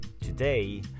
today